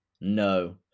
No